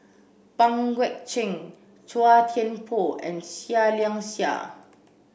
Pang Guek Cheng Chua Thian Poh and Seah Liang Seah